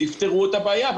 תפתרו את הבעיה,